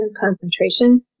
concentration